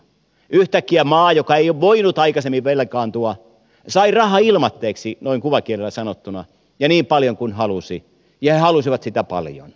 yhtäkkiä maa joka ei ole voinut aikaisemmin velkaantua sai rahaa ilmatteeksi noin kuvakielellä sanottuna ja niin paljon kuin halusi ja he halusivat sitä paljon